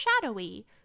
shadowy